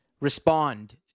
respond